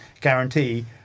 guarantee